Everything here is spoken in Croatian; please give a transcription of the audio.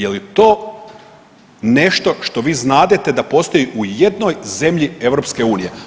Je li to nešto što vi znadete da postoji u jednoj zemlji EU?